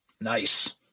Nice